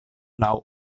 laŭ